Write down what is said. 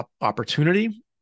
opportunity